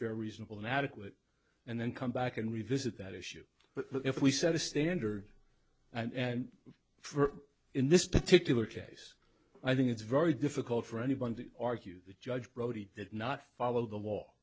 and reasonable inadequate and then come back and revisit that issue but if we set a standard and for in this particular case i think it's very difficult for anyone to argue that judge brody did not follow the